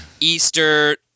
Easter